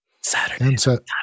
Saturday